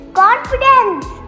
confidence